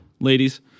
ladies